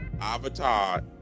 Avatar